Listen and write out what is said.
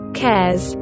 cares